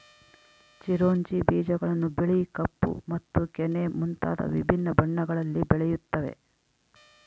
ಚಿರೊಂಜಿ ಬೀಜಗಳನ್ನು ಬಿಳಿ ಕಪ್ಪು ಮತ್ತು ಕೆನೆ ಮುಂತಾದ ವಿಭಿನ್ನ ಬಣ್ಣಗಳಲ್ಲಿ ಬೆಳೆಯುತ್ತವೆ